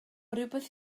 rywbeth